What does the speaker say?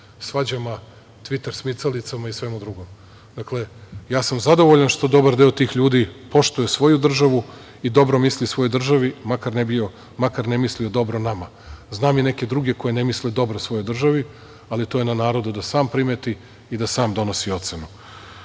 svađama, tviter smicalicama i svemu drugom. Dakle, ja sam zadovoljan što dobar deo tih ljudi poštuje svoju državu i dobro misli svojoj državi, makar ne mislio dobro nama, znam i neke druge koji ne misle dobro svojoj državi, ali to je na narodu da sam primeti i da sam donosi ocenu. Što